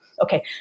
Okay